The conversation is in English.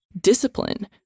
discipline